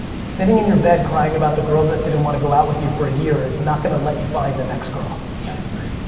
sitting in your bed crying about the girl that didn't want to go out with you for a year is not gonna let you find the next girl. yeah, agreed.